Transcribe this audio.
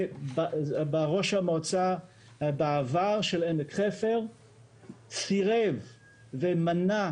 וראש המועצה של עמק חפר בעבר סירב ומנע